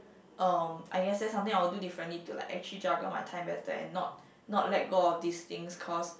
um I guess that's something I would do differently to like actually juggle my time better and not not let go of these things cause